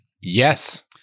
Yes